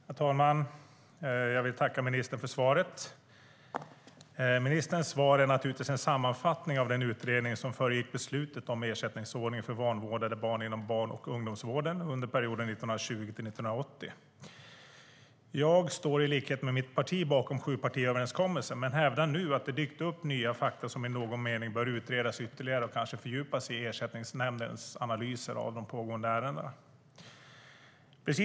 Herr talman! Jag vill tacka ministern för svaret. Ministerns svar är naturligtvis en sammanfattning av den utredning som föregick beslutet om ersättningsordning för vanvårdade barn inom barn och ungdomsvården under perioden 1920-1980. Jag står i likhet med mitt parti bakom sjupartiöverenskommelsen, men hävdar nu att det dykt upp nya fakta som i någon mening bör utredas ytterligare och kanske fördjupas i Ersättningsnämndens analyser av de pågående ärendena.